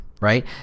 right